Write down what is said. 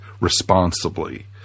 responsibly